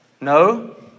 No